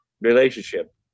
relationship